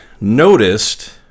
noticed